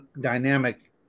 dynamic